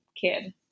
kid